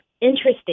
interesting